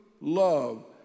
love